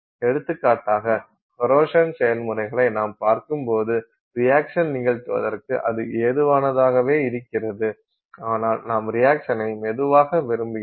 எடுத்துக்காட்டாக கரோஷன் செயல்முறைகளை நாம் பார்க்கும்போது ரியாக்சன் நிகழ்த்துவதற்கு அது ஏதுவானதாகவே இருக்கிறது ஆனால் நாம் ரியாக்சனை மெதுவாக்க விரும்புகிறோம்